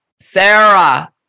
Sarah